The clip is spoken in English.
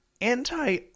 anti